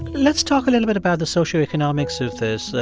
let's talk a little bit about the socioeconomics of this.